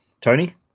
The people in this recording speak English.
Tony